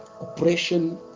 oppression